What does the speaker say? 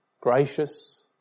gracious